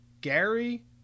Gary